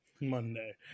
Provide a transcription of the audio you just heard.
Monday